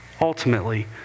ultimately